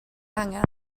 angen